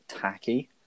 tacky